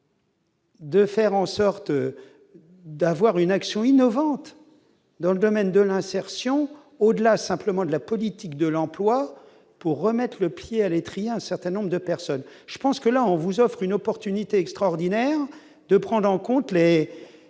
De faire en sorte d'avoir une action innovante dans le domaine de l'insertion, au-delà simplement de la politique de l'emploi pour remettre le pied à l'étrier, un certain nombre de personnes, je pense que là, on vous offre une opportunité extraordinaire de prendre en compte les